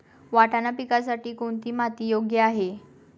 वाटाणा पिकासाठी कोणती माती योग्य आहे?